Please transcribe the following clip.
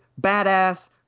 badass